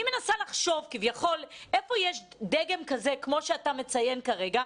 אני מנסה לחשוב איפה יש דגם כזה כמו שאתה מציין כרגע.